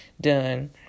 done